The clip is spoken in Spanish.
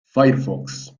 firefox